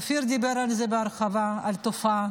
אופיר דיבר על זה בהרחבה, על התופעה.